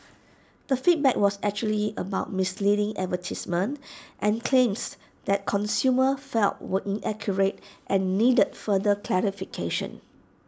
the feedback was usually about misleading advertisements and claims that consumers felt were inaccurate and needed further clarification